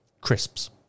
Crisps